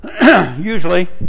usually